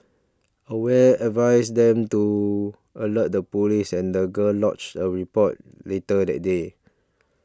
aware advised them to alert the police and the girl lodged a report later that day